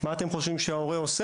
מה אתם חושבים שההורה עושה?